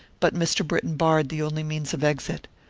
but mr. britton barred the only means of exit.